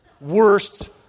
Worst